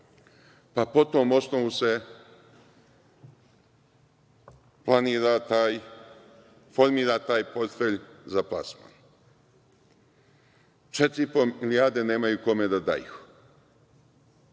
pa po tom osnovu se formira taj portfelj za plasman. Četiri i po milijarde nemaju kome da daju.